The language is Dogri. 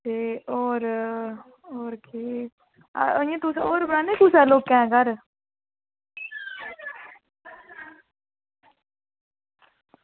ते और और केह् इं'या तुस और बनाने कुसे लोकैं घर